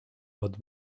but